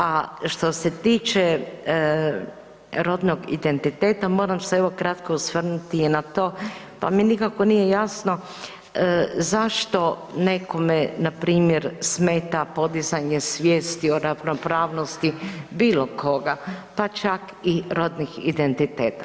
A što se tiče rodnog identiteta moram se evo kratko osvrnuti i na to, pa mi nije nikako jasno zašto nekome na primjer smeta podizanje svijesti o ravnopravnosti bilo koga, pa čak i rodnih identiteta.